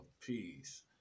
Peace